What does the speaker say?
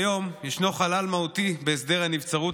כיום ישנו חלל מהותי בהסדר הנבצרות